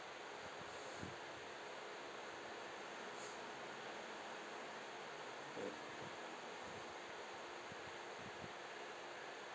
uh